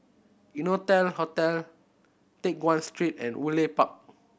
Innotel Hotel Teck Guan Street and Woodleigh Park